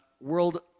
world